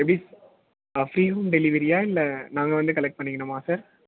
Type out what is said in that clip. எப்படி free home டெலிவரியா இல்லை நாங்கள் வந்து கலெக்ட் பண்ணிக்கனுமா சார்